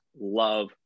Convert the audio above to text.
love